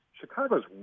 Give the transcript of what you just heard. Chicago's